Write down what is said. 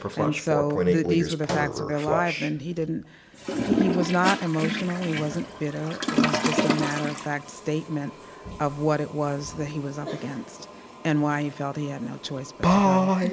and so, these were the facts of their lives and he didn't he he was not emotional. he wasn't bitter. it was just a matter-of-fact statement of what it was that he was up against and why he felt he had no choice but to go.